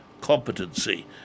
competency